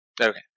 Okay